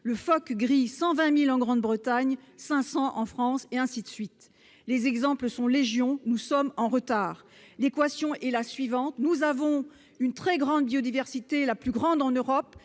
les phoques gris sont 120 000 en Grande-Bretagne et 500 en France ... Les exemples sont légion. Nous sommes en retard. L'équation est la suivante : nous avons une très grande biodiversité, la plus grande en Europe,